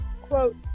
quote